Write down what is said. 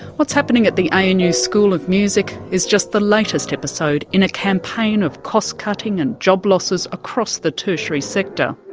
what's happening at the anu school of music is just the latest episode in a campaign of cost-cutting and job losses across the tertiary sector.